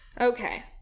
Okay